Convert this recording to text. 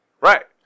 Right